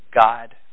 God